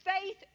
faith